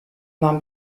nahm